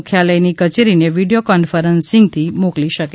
મુખ્યાલયની કચેરીને વિડીયો કોન્ફરન્સિંગથી મોકલી શકે છે